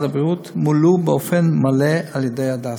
הבריאות מולאו באופן מלא על ידי הדסה.